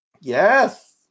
Yes